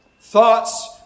thoughts